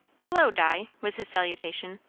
hullo, di! was his salutation,